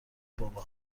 بابا